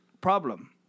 problem